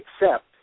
accept